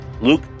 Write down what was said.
Luke